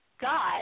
God